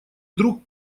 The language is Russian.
друг